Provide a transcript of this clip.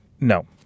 No